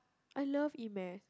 I love E-math